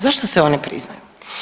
Zašto se one priznaju?